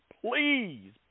please